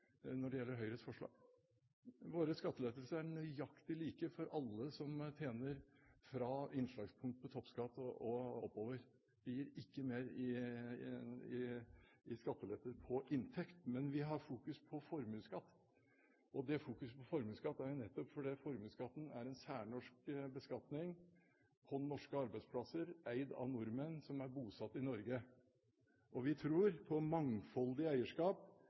når det gjelder å stimulere til arbeid. Jeg forundrer meg over representanten Thorkildsens innlegg tidligere, hvor hun påstår at de som har 3 mill. kr i inntekt, får mye mer i skattelettelser enn de med lave inntekter, med Høyres forslag. Våre skattelettelser er nøyaktig like for alle som tjener mer enn innslagspunktet for toppskatten og oppover. Det gir ikke mer i skattelette på inntekt. Men vi har fokus på formuesskatt. Og det fokuset på formuesskatt er nettopp fordi formuesskatten